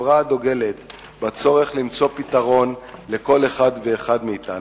כחברה הדוגלת בצורך למצוא פתרון לכל אחד ואחד מאתנו,